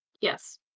Yes